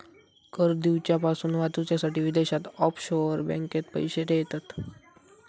कर दिवच्यापासून वाचूच्यासाठी विदेशात ऑफशोअर बँकेत पैशे ठेयतत